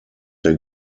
der